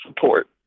support